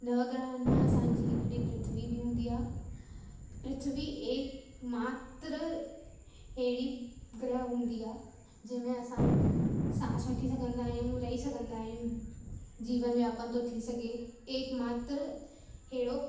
नव ग्रहनि मां असांजी हिकिड़ी पृथ्वी बि हूंदी आहे पृथ्वी एक मात्र हेड़ी ग्रह हूंदी आहे जंहिंमें असां सांस वठी सघंदा आहियूं रही सघंदा आहियूं जीवन व्यापन थो थी सघे एक मात्र हेड़ो